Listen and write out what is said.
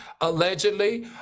allegedly